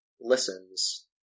listens